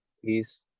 please